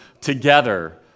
together